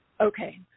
Okay